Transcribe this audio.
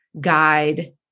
guide